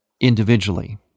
individually